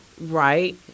Right